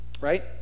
Right